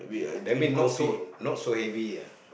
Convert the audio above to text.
that mean not so not so heavy ah